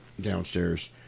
downstairs